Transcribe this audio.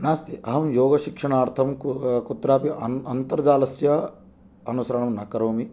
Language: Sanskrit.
नास्ति अहं योगशिक्षणार्थं कुत्रापि अन्त् अन्तर्जालस्य अनुसरणं न करोमि